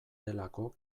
delako